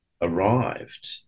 arrived